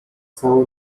całe